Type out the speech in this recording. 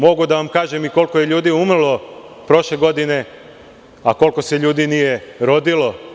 Mogu da vam kažem koliko ljudi je umrlo prošle godine a koliko se nije rodilo.